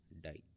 die